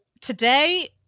today